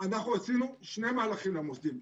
אנחנו עשינו שני מהלכים למוסדיים,